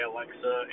Alexa